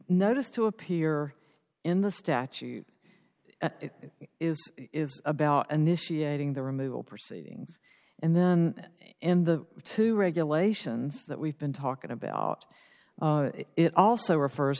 notice to appear in the statute it is about initiating the removal proceedings and then in the two regulations that we've been talking about it also refers